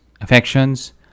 affections